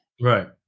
Right